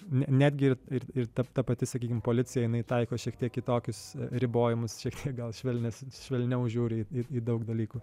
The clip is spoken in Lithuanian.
netgi ir ir taip ta pati sakykim policija jinai taiko šiek tiek kitokius ribojimus šiek tiek gal švelnesnius švelniau žiūri į daug dalykų